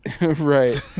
right